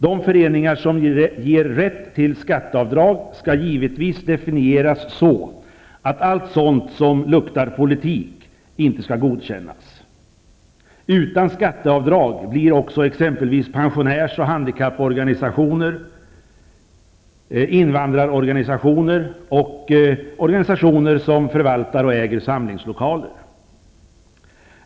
De föreningar som ger rätt till skatteavdrag skall givetvis definieras så att allt sådant som luktar politik inte godkänns. Utan gåvor som är skattefria för givarna blir också exempelvis pensionärs och handikapporganisationer, invandrarorganisationer och organisationer som förvaltar och äger samlingslokaler.